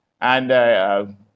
and